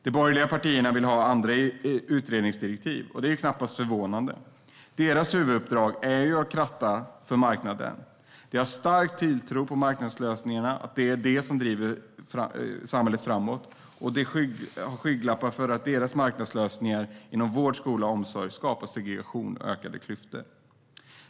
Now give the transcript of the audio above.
De borgerliga partierna ville ha andra utredningsdirektiv. Det är knappast förvånande. Deras huvuduppdrag är ju att kratta för marknaden. De har stark tilltro till att det är marknadslösningar som driver samhället framåt, och de går med skygglappar och ser inte att deras marknadslösningar inom vård, skola och omsorg skapar segregation och ökade klyftor.